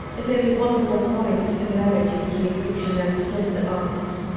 is only one more point of similarity between fiction and the sister arts.